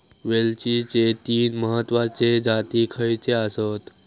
वेलचीचे तीन महत्वाचे जाती खयचे आसत?